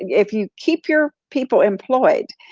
if you keep your people employed,